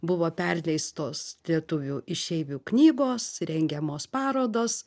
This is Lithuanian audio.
buvo perleistos lietuvių išeivių knygos rengiamos parodos